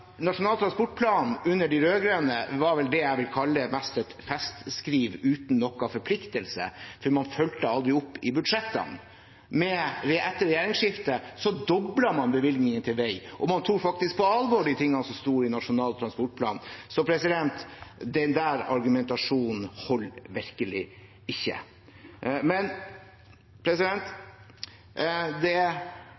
Nasjonal transportplan under de rød-grønne var vel mest det jeg vil kalle et festskriv uten noen forpliktelser, for man fulgte aldri opp i budsjettene. Etter regjeringsskiftet doblet man bevilgningene til vei, og man tok faktisk på alvor de tingene som står i Nasjonal transportplan. Så den argumentasjonen holder virkelig ikke. Men